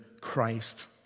Christ